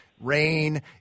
rain